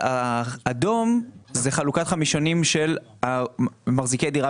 האדום זה חלוקת החמישונים של מחזיקי דירה